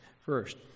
first